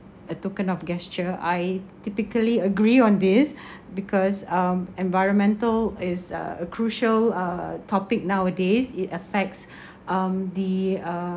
a token of gesture I typically agree on this because um environmental is a crucial uh topic nowadays it affects um the